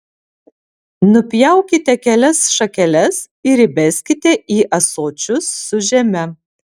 nupjaukite kelias šakeles ir įbeskite į ąsočius su žeme